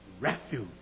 refuge